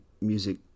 music